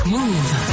Move